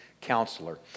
counselor